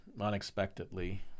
unexpectedly